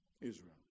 Israel